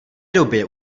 době